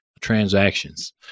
transactions